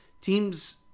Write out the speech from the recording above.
Teams